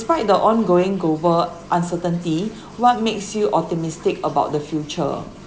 despite the ongoing global uncertainty what makes you optimistic about the future